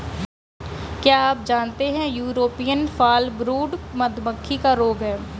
क्या आप जानते है यूरोपियन फॉलब्रूड मधुमक्खी का रोग है?